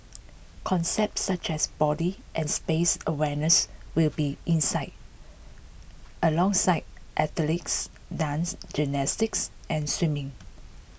concepts such as body and space awareness will be inside alongside athletics dance gymnastics and swimming